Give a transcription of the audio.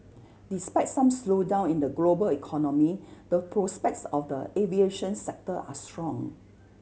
despite some slowdown in the global economy the prospects for the aviation sector are strong